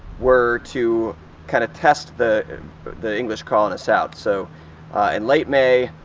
were to kind of test the the english colonists out. so in late may,